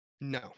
No